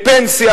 לפנסיה,